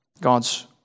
God's